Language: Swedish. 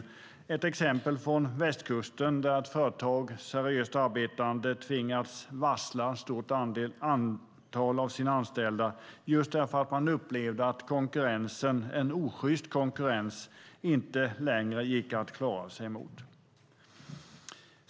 Det var ett exempel från västkusten, där ett seriöst arbetande företag tvingats varsla ett stort antal av sina anställda just för att man upplevde att en osjyst konkurrens inte längre gick att klara sig mot.